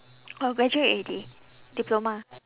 oh graduate already diploma